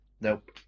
nope